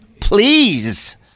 please